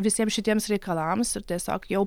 visiems šitiems reikalams ir tiesiog jau